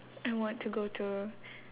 I want to go to